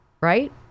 right